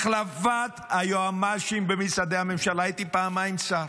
החלפת היועמ"שים במשרדי הממשלה, הייתי פעמיים שר.